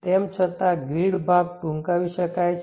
તેમ છતાં ગ્રીડ ભાગ ટૂંકાવી શકાય છે